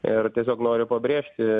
ir tiesiog noriu pabrėžti